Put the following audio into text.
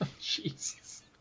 jesus